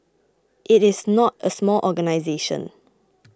it is not a small organisation